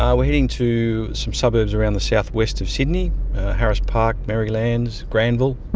um we're heading to some suburbs around the south west of sydney harris park, merrylands, granville,